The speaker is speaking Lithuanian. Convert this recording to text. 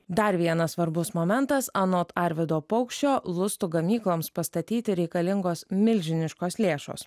dar vienas svarbus momentas anot arvydo paukščio lustų gamykloms pastatyti reikalingos milžiniškos lėšos